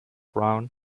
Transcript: brown